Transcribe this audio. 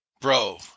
bro